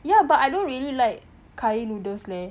ya but I don't really like curry noodles leh